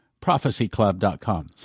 prophecyclub.com